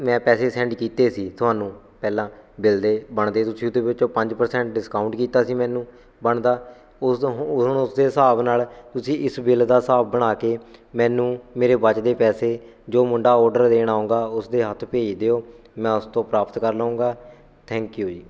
ਮੈਂ ਪੈਸੇ ਸੈਂਡ ਕੀਤੇ ਸੀ ਤੁਹਾਨੂੰ ਪਹਿਲਾਂ ਬਿੱਲ ਦੇ ਬਣਦੇ ਤੁਸੀਂ ਉਹਦੇ ਵਿੱਚੋਂ ਪੰਜ ਪ੍ਰਸੈਂਟ ਡਿਸਕਾਊਂਟ ਕੀਤਾ ਸੀ ਮੈਨੂੰ ਬਣਦਾ ਉਸ ਤੋਂ ਹੁ ਹੁਣ ਉਸ ਦੇ ਹਿਸਾਬ ਨਾਲ ਤੁਸੀਂ ਇਸ ਬਿੱਲ ਦਾ ਹਿਸਾਬ ਬਣਾ ਕੇ ਮੈਨੂੰ ਮੇਰੇ ਬਚਦੇ ਪੈਸੇ ਜੋ ਮੁੰਡਾ ਔਡਰ ਦੇਣ ਆਉਂਗਾ ਉਸਦੇ ਹੱਥ ਭੇਜ ਦਿਓ ਮੈਂ ਉਸ ਤੋਂ ਪ੍ਰਾਪਤ ਕਰ ਲਊਂਗਾ ਥੈਂਕ ਯੂ ਜੀ